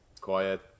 quiet